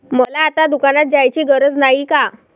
मला आता दुकानात जायची गरज नाही का?